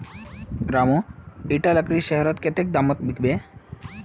रामू इटा लकड़ी शहरत कत्ते दामोत बिकबे